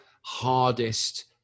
hardest